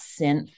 synth